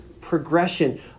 progression